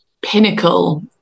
pinnacle